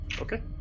Okay